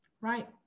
right